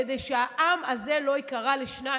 כדי שהעם הזה לא ייקרע לשניים,